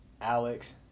Alex